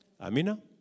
Amina